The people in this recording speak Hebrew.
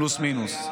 פלוס-מינוס.